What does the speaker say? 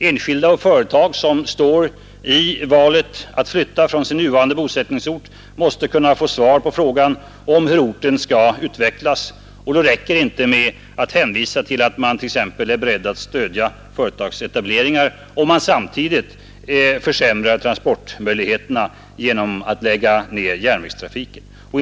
Enskilda och företag, som står i valet att flytta från nuvarande bosättningsort, måste få svar på frågan om hur orten skall utvecklas, och då räcker det inte att hänvisa till att man t.ex. är beredd att stödja företagsetableringar, om transportmöjligheterna samtidigt försämras genom att järnvägstrafiken läggs ner.